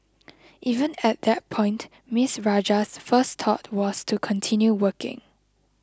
even at that point Ms Rajah's first thought was to continue working